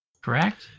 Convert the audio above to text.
correct